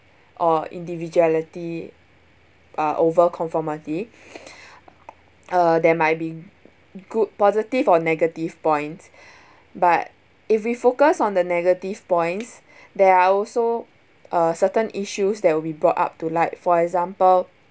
or individuality are over conformity uh there might be good positive or negative points but if we focus on the negative points there are also uh certain issues that will be brought up to like for example